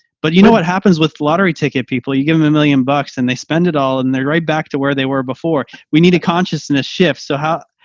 but you know, what happens with lottery ticket people, you give them a million bucks, and they spend it all and they're right back to where they were before. we need a consciousness shift. so how,